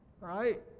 Right